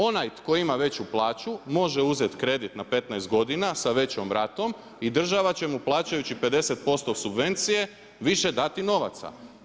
Onaj tko ima veću plaću može uzet kredit na 15 godina sa većom ratom i država će mu plaćajući 50% subvencije više dati novaca.